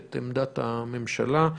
את עמדת הממשלה,